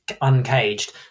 uncaged